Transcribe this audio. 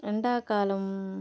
ఎండాకాలం